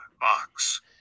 box